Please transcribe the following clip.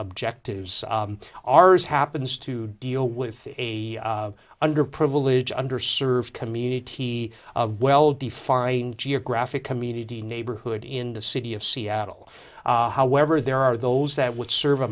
objectives ours happens to deal with underprivileged under served communities of well defined geographic community neighborhood in the city of seattle however there are those that would serve a